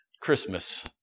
Christmas